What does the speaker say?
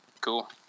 Cool